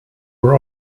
were